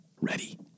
ready